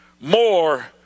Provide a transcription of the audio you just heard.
more